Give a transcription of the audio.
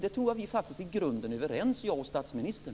Det tror jag faktiskt att vi i grunden är överens om jag och statsministern.